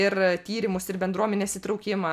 ir tyrimus ir bendruomenės įtraukimą